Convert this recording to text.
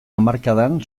hamarkadan